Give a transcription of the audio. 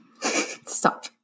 stop